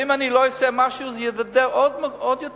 ואם אני לא אעשה משהו זה יידרדר עוד יותר,